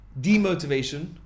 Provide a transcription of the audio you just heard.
demotivation